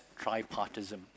tripartism